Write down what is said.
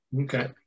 Okay